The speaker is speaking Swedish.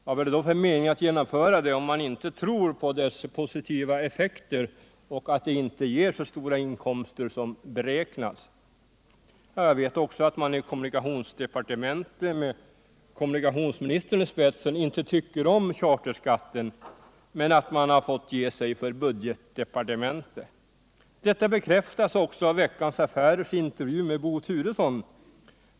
Vad är det för mening att genomföra förslaget, om man inte tror på dess positiva effekter och att det ger så stora inkomster som beräknat? Jag vet också att man i kommunikationsdepartementet med kommunikationsministern i spetsen inte tycker om charterskatten men att man fått ge sig för budgetdepartementet. Detta bekräftas också av Veckans Affärers intervju med Bo Turesson.